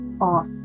off